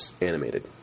animated